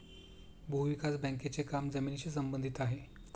भूविकास बँकेचे काम जमिनीशी संबंधित आहे